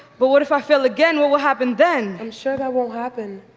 but what if i fail again, what will happen then? i'm sure that won't happen.